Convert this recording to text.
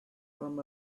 from